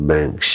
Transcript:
Bank